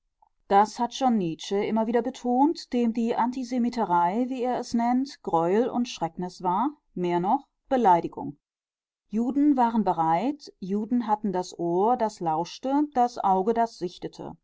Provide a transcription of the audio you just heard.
das hat schon nietzsche immer wieder betont dem die antisemiterei wie er es nennt greuel und schrecknis war mehr noch beleidigung juden waren bereit juden hatten das ohr das lauschte das auge das sichtete